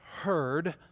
heard